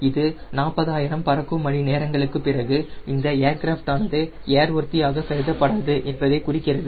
இது 40000 பறக்கும் மணி நேரங்களுக்கு பிறகு இந்த ஏர்கிராஃப்ட் ஆனது ஏர்வொர்த்தியாக கருதப்படாது என்பதை கூறுகிறது